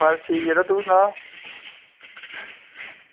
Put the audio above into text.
बस ठीक यरा तू सनाऽ